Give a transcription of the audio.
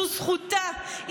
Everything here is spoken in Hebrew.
זו זכותה,